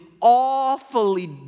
awfully